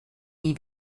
wie